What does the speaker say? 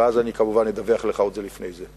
ואז כמובן אדווח לך, עוד לפני זה.